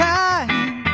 time